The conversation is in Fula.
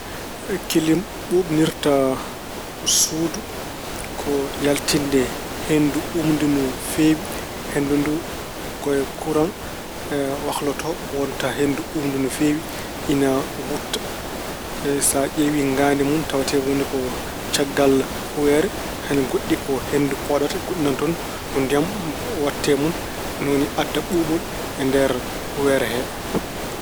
Kilim ɓuuɓnirta suudu ko yaltinde henndu ɓuuɓndu no feewi. Henndu ndu ko e koraŋ wakloto wonta henndu ɓuuɓndu no feewi, ina wutta. So a ƴeewi ngaandi mun tawatee woni ko caggal humbeere. Hen goɗɗi ko henndu fooɗata, goɗɗi nana toon ko ndiyam waɗtee e mun, ni woni adda ɓuuɓol e nder humbeere he.